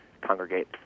congregate